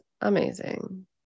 amazing